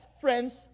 friends